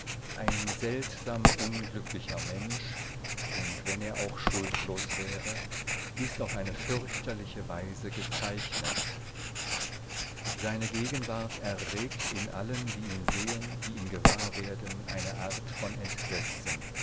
ein seltsam unglücklicher mensch und wenn er auch schuldlos wäre ist auf eine fürchterliche weise gezeichnet seine gegenwart erregt in allen die ihn sehen die ihn gewahr werden eine art von entsetzen